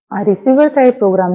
આ receiver side program છે